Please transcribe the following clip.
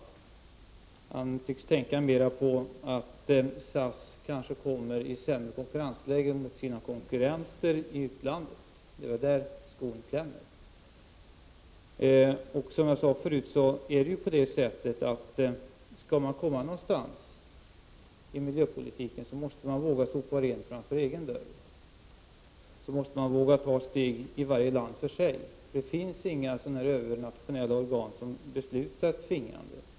Sven-Gösta Signell tycks tänka mest på att SAS annars kanske kommer i ett sämre konkurrensläge gentemot sina konkurrenter i utlandet — det är väl där skon klämmer. Skall man komma någonstans i miljöpolitiken måste man, som jag tidigare sade, våga sopa rent framför egen dörr. Man måste våga ta steg i den riktningen i varje land för sig — det finns inga övernationella organ som fattar tvingande beslut.